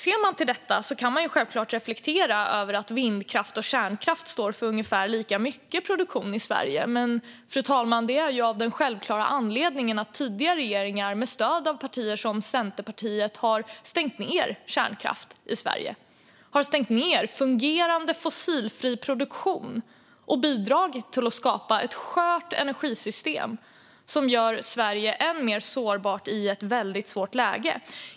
Ser man till detta kan man självklart reflektera över att vindkraft och kärnkraft står för ungefär lika mycket produktion i Sverige. Men det är av den självklara anledningen att tidigare regeringar med stöd av partier som Centerpartiet har stängt ned kärnkraft i Sverige - stängt ned fungerande fossilfri produktion och bidragit till att skapa ett skört energisystem som gör Sverige än mer sårbart i ett väldigt svårt läge.